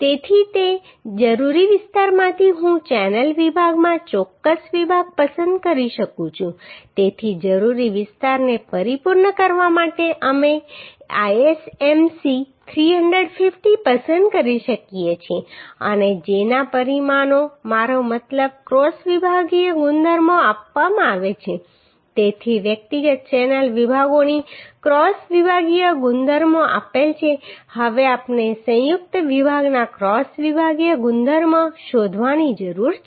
તેથી તે જરૂરી વિસ્તારમાંથી હું ચેનલ વિભાગમાં ચોક્કસ વિભાગ પસંદ કરી શકું છું તેથી જરૂરી વિસ્તારને પરિપૂર્ણ કરવા માટે અમે ISMC 350 પસંદ કરી શકીએ છીએ અને જેના પરિમાણો મારો મતલબ ક્રોસ વિભાગીય ગુણધર્મો આપવામાં આવે છે તેથી વ્યક્તિગત ચેનલ વિભાગોની ક્રોસ વિભાગીય ગુણધર્મો આપેલ છે હવે આપણે સંયુક્ત વિભાગના ક્રોસ વિભાગીય ગુણધર્મો શોધવાની જરૂર છે